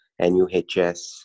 NUHS